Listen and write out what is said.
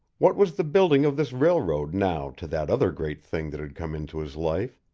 what was the building of this railroad now to that other great thing that had come into his life?